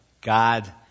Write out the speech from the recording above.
God